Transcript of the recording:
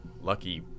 Lucky